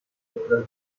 federal